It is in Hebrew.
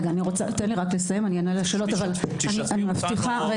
אני במקצועי